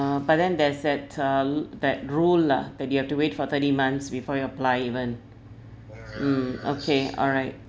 but then there's that uh that rule lah that you have to wait for thirty months before you apply even mm okay alright